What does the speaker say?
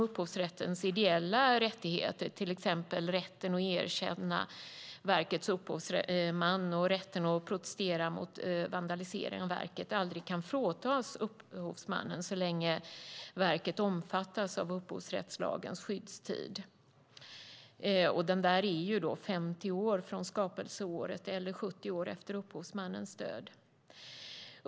Upphovsrättens ideella rättigheter, till exempel rätten att erkännas som verkets upphovsman och rätten att protestera mot vandalisering av verket, aldrig kan fråntas upphovsmannen så länge verket omfattas av upphovsrättslagens skyddstid. Den är 50 år från skapelseåret eller 70 år efter upphovsmannens död.